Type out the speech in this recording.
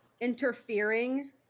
interfering